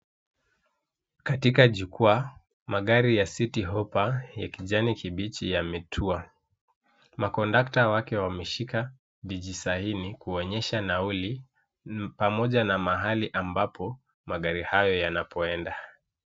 Katika jukwaa magari ya citi hoppa ya kijani kibichi yametua. Makondakta wake wameshika vijisaini kuonyesha nauli pamoja na mahali ambapo magari hayo yanapoenda.